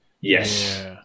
Yes